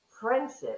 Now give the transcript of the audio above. friendship